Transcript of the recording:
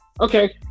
Okay